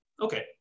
okay